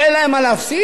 אין להם מה להפסיד,